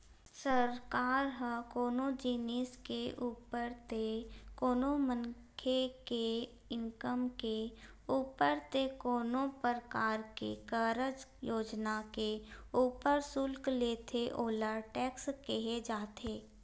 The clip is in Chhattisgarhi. सरकार ह कोनो जिनिस के ऊपर ते कोनो मनखे के इनकम के ऊपर ते कोनो परकार के कारज योजना के ऊपर सुल्क लेथे ओला टेक्स केहे जाथे